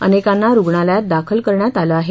अनेकांना रुग्णालयात दाखल करण्यात आलं आहे